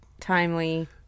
timely